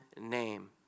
name